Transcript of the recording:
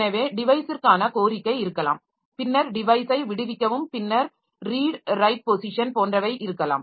எனவே டிவைஸிற்கான கோரிக்கை இருக்கலாம் பின்னர் டிவைஸை விடுவிக்கவும் பின்னர் ரீட் ரைட் ரீபொசிஷன் போன்றவை இருக்கலாம்